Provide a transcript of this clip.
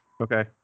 Okay